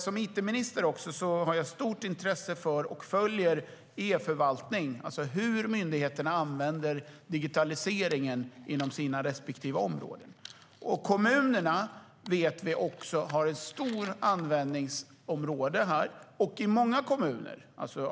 Som it-minister har jag stort intresse för och följer e-förvaltning, alltså hur myndigheterna använder digitaliseringen inom sina respektive områden. Vi vet att kommunerna har ett stort användningsområde här.